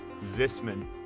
Zisman